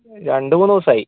രണ്ട് മൂന്ന് ദിവസമായി